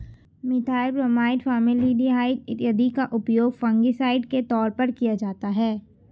methyl bromide, formaldehyde इत्यादि का उपयोग फंगिसाइड के तौर पर किया जाता है